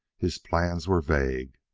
his plans were vague.